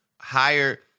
higher